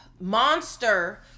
monster